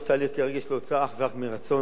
יש תהליך כרגע של הוצאה אך ורק מרצון,